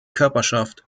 körperschaft